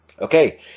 Okay